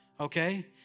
okay